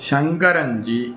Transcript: Shankaran जी